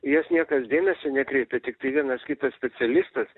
į jas niekas dėmesį nekreipia tiktai vienas kitas specialistas